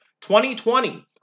2020